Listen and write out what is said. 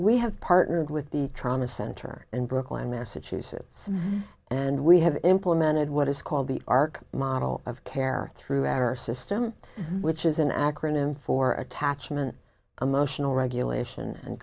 we have partnered with the trauma center in brooklyn massachusetts and we have implemented what is called the arc model of care through our system which is an acronym for attachment emotional regulation and